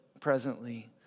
presently